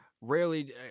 rarely